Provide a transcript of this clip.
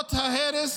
כוחות ההרס,